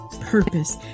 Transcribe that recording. purpose